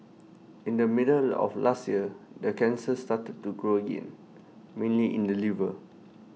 in the middle of last year the cancer started to grow again mainly in the liver